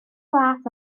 las